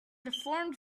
deformed